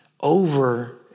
over